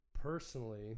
personally